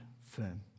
firm